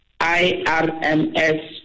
IRMS